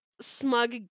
Smug